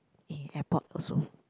in airport also